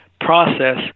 process